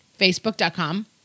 Facebook.com